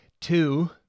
Two